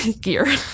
gear